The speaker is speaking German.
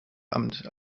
amt